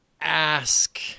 ask